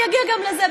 אני אגיע גם לזה,